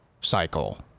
cycle